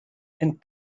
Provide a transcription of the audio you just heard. and